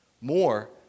More